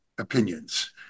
Opinions